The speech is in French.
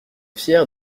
fiers